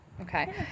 Okay